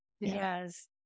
Yes